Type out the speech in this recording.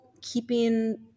keeping